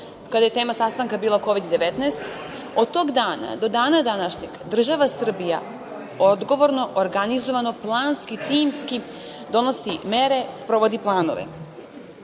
kada je tema sastanka bila Kovid - 19, od tog dana do dana današnjeg država Srbija odgovorno, organizovano, planski, timski, donosi mere, sprovodi planove,